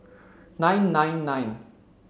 nine nine nine